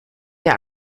der